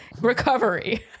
recovery